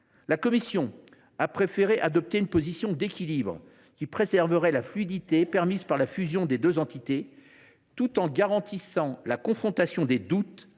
La commission a préféré adopter une position d’équilibre, qui préserve la fluidité permise par la fusion des deux entités, tout en garantissant la confrontation des doutes